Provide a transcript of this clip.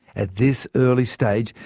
at this early stage,